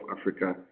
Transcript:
Africa